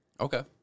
Okay